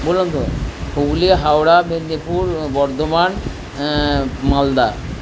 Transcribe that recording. বললাম তো পুরুলিয়া হাওড়া মেদিনীপুর বর্ধমান মালদা